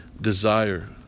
desire